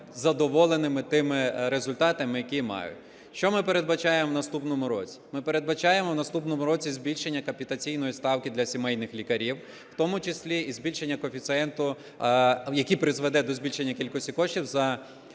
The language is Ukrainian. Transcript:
задоволеними тими результатами, які мають. Що ми передбачаємо в наступному році? Ми передбачаємо в наступному році збільшення капітаційної ставки для сімейних лікарів, в тому числі і збільшення коефіцієнту, який призведе до збільшення кількості коштів за надання